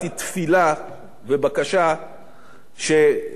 ובקשה שזאת גם הפעם האחרונה.